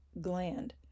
gland